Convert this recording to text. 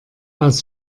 aus